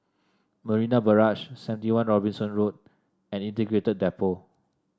Marina Barrage Seventy One Robinson Road and Integrated Depot